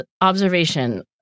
observation